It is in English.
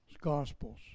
Gospels